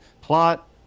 plot